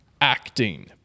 acting